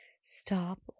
stop